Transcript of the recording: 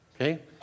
Okay